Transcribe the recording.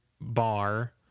bar